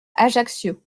ajaccio